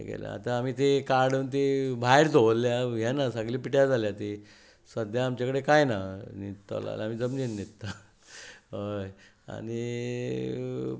ते केल्या आतां आमी ती काडून ती भायर दवरल्या हें ना सगली पिड्ड्यार जाल्या ती सद्या आमचे कडेन कांय ना न्हिदतलो आल्या आमी जमनीर न्हिदता हय आनी